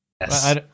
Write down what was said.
Yes